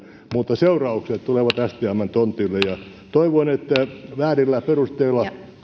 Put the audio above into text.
mutta seuraukset tulevat stmn tontille ja toivon että väärillä perusteilla